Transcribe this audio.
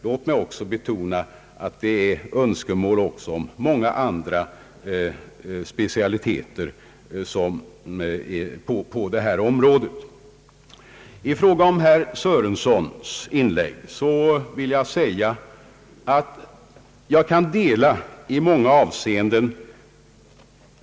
Låt mig samtidigt betona att det också föreligger önskemål om många andra specialiteter i detta sammanhang. Beträffande herr Sörensons inlägg kan jag i vissa delar dela hans uppfattning.